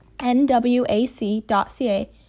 nwac.ca